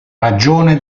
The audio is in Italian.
ragione